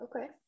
okay